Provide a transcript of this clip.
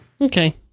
Okay